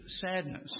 sadness